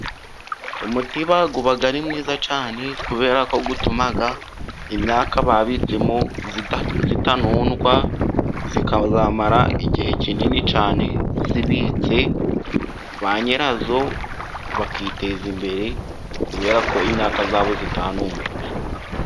Umutiba uba ari mwiza cyane kubera ko utuma imyaka babitsemo itanundwa. Ikazamara igihe kinini cyane zibitse. Banyirayo bakiteza imbere kubera ko imyaka yabo itanunzwe.